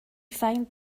find